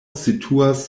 situas